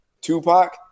Tupac